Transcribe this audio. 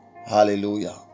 Hallelujah